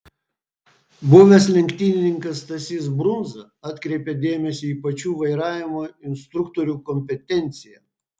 buvęs lenktynininkas stasys brundza atkreipia dėmesį į pačių vairavimo instruktorių kompetenciją